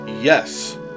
yes